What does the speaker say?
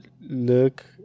look